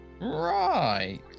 right